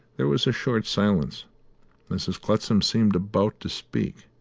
there was a short silence mrs. clutsam seemed about to speak,